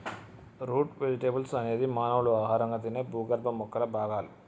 route vegetables అనేది మానవులు ఆహారంగా తినే భూగర్భ మొక్కల భాగాలు